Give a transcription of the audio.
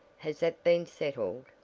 has that been settled?